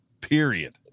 period